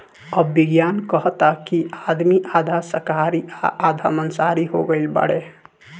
अब विज्ञान कहता कि आदमी आधा शाकाहारी आ आधा माँसाहारी हो गईल बाड़े